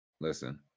listen